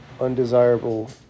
undesirable